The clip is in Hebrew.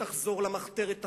תחזור למחתרת,